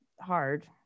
hard